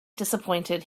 disappointed